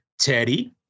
teddy